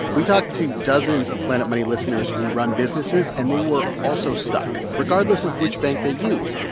we talked to dozens of planet money listeners who run businesses, and they were also stuck, regardless of which bank they use.